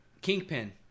Kingpin